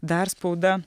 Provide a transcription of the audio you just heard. dar spauda